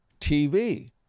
TV